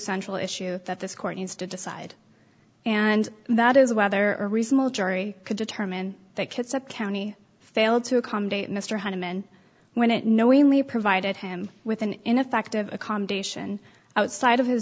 central issue that this court needs to decide and that is whether a reasonable jury could determine that kitsap county failed to accommodate mr holman when it knowingly provided him with an ineffective accommodation outside of his